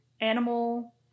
animal